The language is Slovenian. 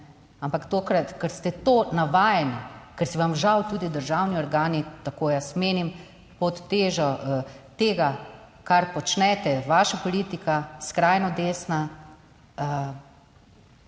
ampak tokrat, ker ste to navajeni, ker se vam žal tudi državni organi, tako jaz menim, pod težo tega, kar počnete, vaša politika, skrajno desna,